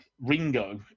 Ringo